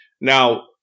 Now